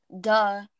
Duh